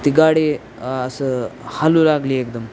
ती गाडी असं हालू लागली एकदम